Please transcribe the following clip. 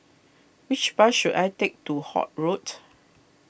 which bus should I take to Holt Road